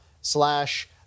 slash